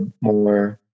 more